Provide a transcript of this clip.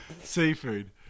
Seafood